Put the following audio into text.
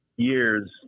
Years